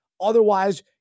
Otherwise